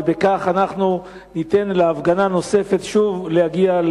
ובכך אנחנו ניתן להפגנה נוספת שוב להגיע,